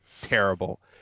terrible